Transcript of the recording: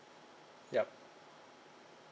yup